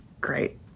Great